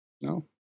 No